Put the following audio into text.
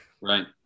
Right